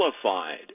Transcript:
qualified